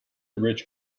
rich